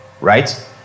right